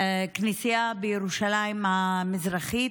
כנסייה בירושלים המזרחית.